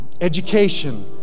education